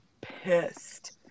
pissed